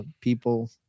people